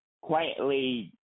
quietly